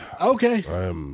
Okay